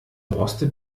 rostet